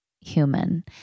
human